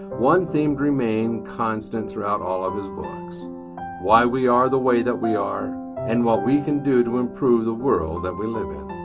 one theme remained constant throughout all of his books why we are the way that we are and what we can do to improve the world that we live in.